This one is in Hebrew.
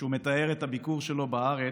שבו הוא מתאר את הביקור שלו בארץ,